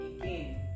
again